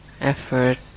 effort